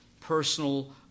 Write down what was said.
personal